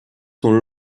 sont